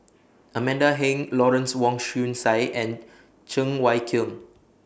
Amanda Heng Lawrence Wong Shyun Tsai and Cheng Wai Keung